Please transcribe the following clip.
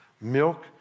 milk